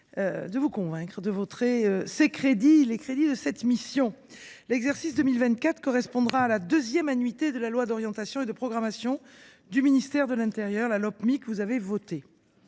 de vous convaincre d’adopter les crédits de cette mission. L’exercice 2024 correspondra à la deuxième annuité de la loi d’orientation et de programmation du ministère de l’intérieur, la Lopmi, que vous avez votée.